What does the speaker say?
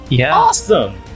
Awesome